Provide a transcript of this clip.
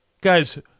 guys